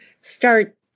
start